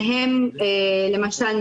למשל,